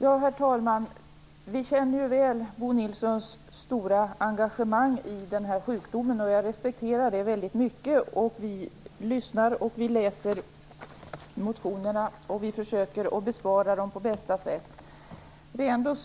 Herr talman! Vi känner väl till Bo Nilssons stora engagemang när det gäller den här sjukdomen. Jag respekterar det mycket. Vi lyssnar på honom, och vi läser motionerna och försöker besvara dem på bästa sätt. Men